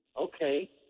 Okay